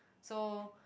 so